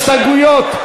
הסתייגויות.